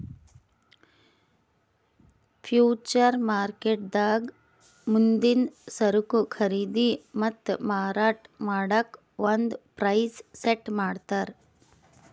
future ಮಾರ್ಕೆಟ್ದಾಗ್ ಮುಂದಿನ್ ಸರಕು ಖರೀದಿ ಮತ್ತ್ ಮಾರಾಟ್ ಮಾಡಕ್ಕ್ ಒಂದ್ ಪ್ರೈಸ್ ಸೆಟ್ ಮಾಡ್ತರ್